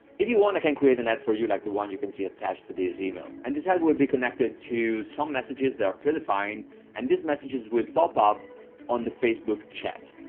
if you want i can create an ad for you, like the one you can see attached to this email. and this ad will be connected to some messages that are predefined and this messages will pop up on the facebook chat.